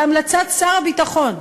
בהמלצת שר הביטחון,